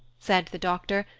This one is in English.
said the doctor,